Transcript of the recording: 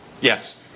yes